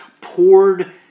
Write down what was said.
poured